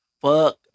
fuck